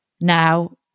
Now